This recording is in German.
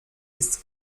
ist